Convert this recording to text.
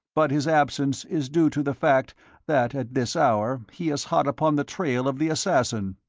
but his absence is due to the fact that at this hour he is hot upon the trail of the assassin.